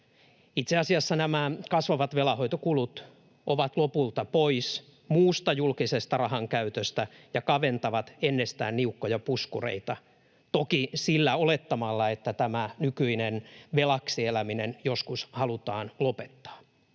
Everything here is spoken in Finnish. Itse asiassa nämä kasvavat velanhoitokulut ovat lopulta pois muusta julkisesta rahankäytöstä ja kaventavat ennestään niukkoja puskureita — toki sillä olettamalla, että tämä nykyinen velaksi eläminen joskus halutaan lopettaa.